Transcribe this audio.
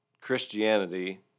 Christianity